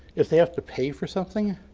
if they have to pay for something,